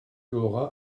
auras